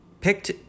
picked